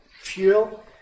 fuel